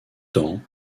temps